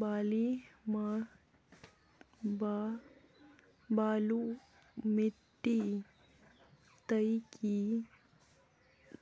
बाली माटी तई की